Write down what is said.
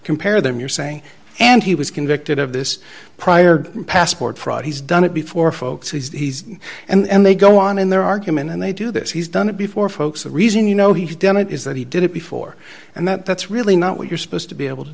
compare them you're saying and he was convicted of this prior passport fraud he's done it before folks he's and they go on in their argument and they do this he's done it before folks the reason you know he's done it is that he did it before and that's really not what you're supposed to be able to